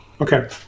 Okay